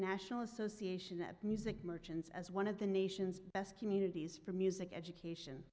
national association of music merchants as one of the nation's best communities for music education